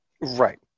Right